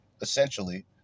essentially